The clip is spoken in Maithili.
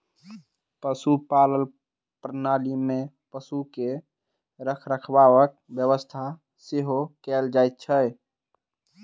पशुपालन प्रणाली मे पशु के रखरखावक व्यवस्था सेहो कयल जाइत छै